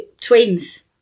twins